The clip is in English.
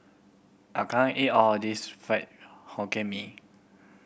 I can't eat all of this Fried Hokkien Mee